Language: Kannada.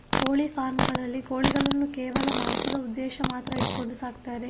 ಕೋಳಿ ಫಾರ್ಮ್ ಗಳಲ್ಲಿ ಕೋಳಿಗಳನ್ನು ಕೇವಲ ಮಾಂಸದ ಉದ್ದೇಶ ಮಾತ್ರ ಇಟ್ಕೊಂಡು ಸಾಕ್ತಾರೆ